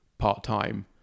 part-time